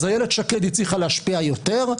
איילת שקד הצליחה להשפיע יותר,